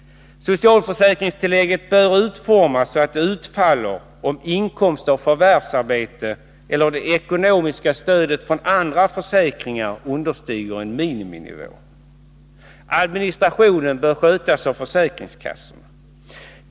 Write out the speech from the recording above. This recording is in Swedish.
Socialförsäkringstillägget bör utformas så, att det utfaller om inkomst av förvärvsarbete eller det ekonomiska stödet från andra försäkringar understiger en miniminivå. Administrationen bör skötas av försäkringskassorna.